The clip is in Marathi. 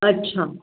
अच्छा